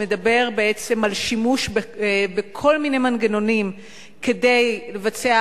שמדבר בעצם על שימוש בכל מיני מנגנונים כדי לבצע